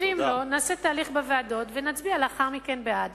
אם לא, נעשה תהליך בוועדות ונצביע לאחר מכן בעד.